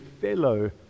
fellow